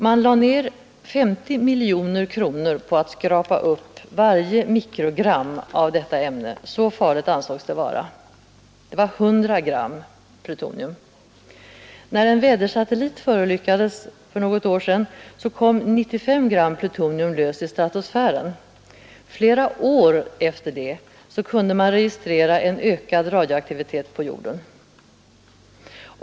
Man lade ned 50 miljoner kronor på att skrapa upp varje mikrogram; så farligt ansågs det vara. Det var 100 gram plutonium. När en vädersatellit förolyckades för några år sedan kom 95 gram plutonium löst i stratosfären. Flera år därefter kunde man registrera en ökad radioaktivitet på jorden.